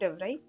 right